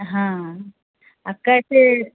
हँ आ कैसे